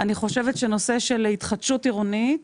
אני חושבת שנושא של התחדשות עירונית